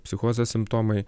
psichozės simptomai